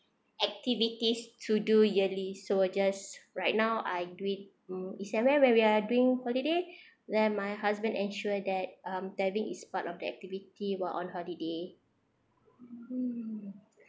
activities to do yearly so just right now I do it is at where where we are doing holiday then my husband ensure that uh diving is part of the activity while on holiday mm